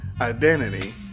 identity